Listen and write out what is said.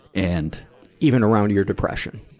and even around your depression.